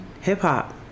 hip-hop